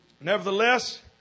nevertheless